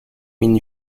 minh